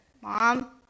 Mom